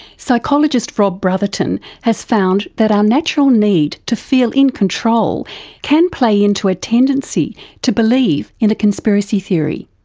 psychologist rob brotherton has found that our um natural need to feel in control can play into a tendency to believe in a conspiracy theory.